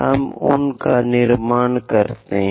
हम उन का निर्माण करते हैं